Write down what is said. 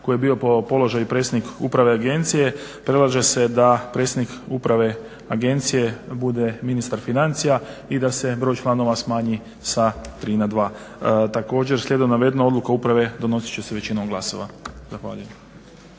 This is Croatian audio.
koji je bio po položaju i predsjednik uprave Agencije predlaže se da predsjednik uprave Agencije bude ministar financija i da se broj članova smanji sa 3 na 2. Također, slijedom navedenog odluka uprave donosit će se većinom glasova. Zahvaljujem.